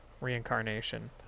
reincarnation